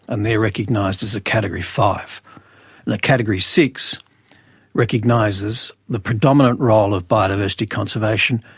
and they are recognised as a category five. and a category six recognises the predominant role of biodiversity conservation,